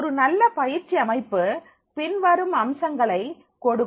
ஒரு நல்ல பயிற்சி அமைப்பு பின்வரும் அம்சங்களை கொடுக்கும்